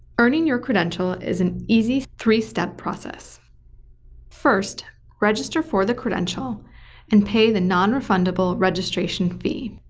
earning your credential is an easy three step process first register for the credential and pay the nonrefundable registration fee.